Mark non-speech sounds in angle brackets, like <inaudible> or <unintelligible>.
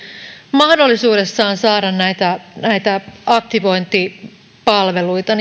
mahdollisuudessaan saada näitä näitä aktivointipalveluita <unintelligible>